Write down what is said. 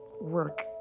work